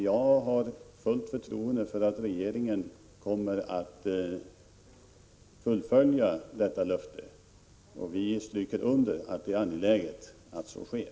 Jag har fullt förtroende för att regeringen kommer att fullfölja detta löfte, och utskottet stryker under att det är angeläget att så sker.